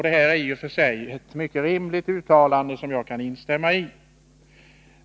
Det är i och för sig ett rimligt uttalande, som jag kan instämma i.